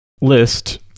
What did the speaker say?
list